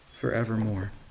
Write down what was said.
forevermore